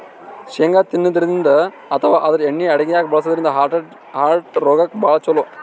ಶೇಂಗಾ ತಿನ್ನದ್ರಿನ್ದ ಅಥವಾ ಆದ್ರ ಎಣ್ಣಿ ಅಡಗ್ಯಾಗ್ ಬಳಸದ್ರಿನ್ದ ಹಾರ್ಟ್ ರೋಗಕ್ಕ್ ಭಾಳ್ ಛಲೋ